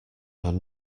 are